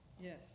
yes